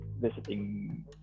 visiting